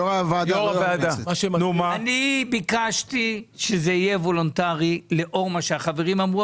אני ביקשתי שזה יהיה וולונטרי לאור מה שהחברים אמרו,